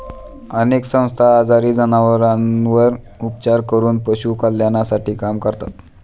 अनेक संस्था आजारी जनावरांवर उपचार करून पशु कल्याणासाठी काम करतात